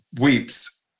weeps